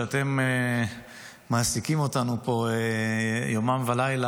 שאתם מעסיקים אותנו פה יומם ולילה,